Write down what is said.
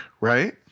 right